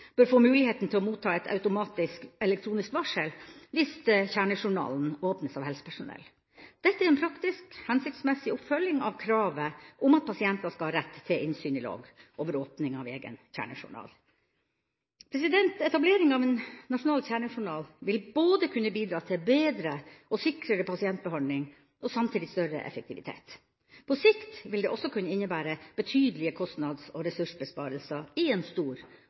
bør få muligheten til å motta et automatisk elektronisk varsel hvis deres kjernejournal åpnes av helsepersonell. Dette er en praktisk og hensiktsmessig oppfølging av kravet om at pasienter skal ha rett til innsyn i logg over åpninger av egen kjernejournal. Etablering av en nasjonal kjernejournal vil både kunne bidra til bedre og sikrere pasientbehandling og samtidig større effektivitet. På sikt vil det også kunne innebære betydelige kostnads- og ressursbesparelser i en stor